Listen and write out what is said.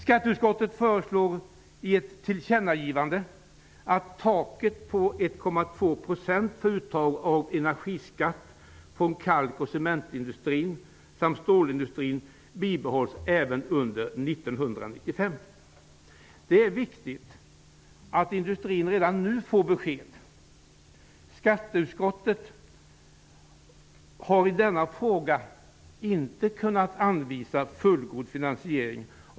Skatteutskottet föreslår i ett tillkännagivande att taket om 1,2 % för uttag av energiskatt från kalkoch cementindustrin samt från stålindustrin bibehålls även under 1995. Det är viktigt att industrin redan nu får besked. Skatteutskottet har i denna fråga inte kunnat anvisa en fullgod finansiering.